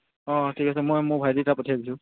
অঁ ঠিক আছে মই মোৰ ভাইটি এটা পঠিয়াই দিছোঁ